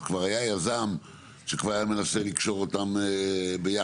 אז כבר היה יזם שכבר היה מנסה לקשור אותם ביחד.